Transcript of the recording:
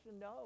No